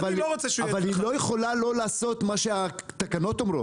אבל היא לא יכולה לא לעשות מה שהתקנות אומרות.